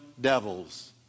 devils